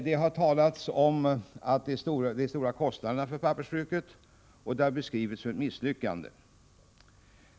Det har talats om de stora kostnaderna, och pappersbruket har beskrivits som ett misslyckande.